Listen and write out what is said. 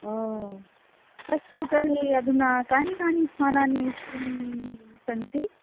ओ अस्तु तर्हि अधुना कानि कानि स्थानानि दृष्टुं सन्ति